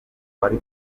wari